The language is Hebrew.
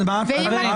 על זה דיברתי.